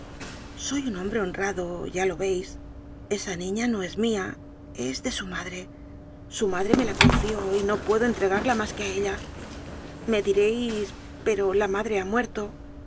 soy un hombre honrado ya lo veis esa niña no es mia es de su madre su madre me la confió y no puedo entregarla mas que á ella me direis pero la madre ha muerto